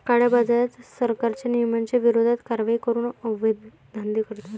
काळ्याबाजारात, सरकारच्या नियमांच्या विरोधात कारवाई करून अवैध धंदे करतात